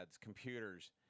computers